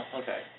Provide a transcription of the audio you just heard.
okay